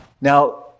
Now